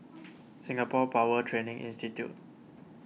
Singapore Power Training Institute